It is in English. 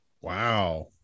Wow